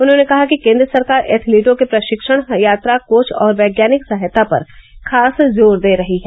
उन्होंने कहा कि केंद्र सरकार एथलीटों के प्रशिक्षण यात्रा कोच और वैज्ञानिक सहायता पर खास जोर दे रही है